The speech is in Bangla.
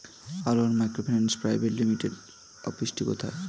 আরোহন মাইক্রোফিন্যান্স প্রাইভেট লিমিটেডের অফিসটি কোথায়?